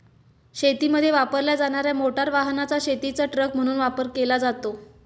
शेतीमध्ये वापरल्या जाणार्या मोटार वाहनाचा शेतीचा ट्रक म्हणून वापर केला जातो